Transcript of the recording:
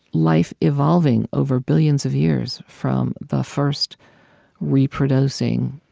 life evolving over billions of years from the first reproducing,